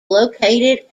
located